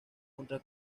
contra